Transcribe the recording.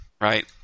Right